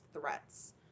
threats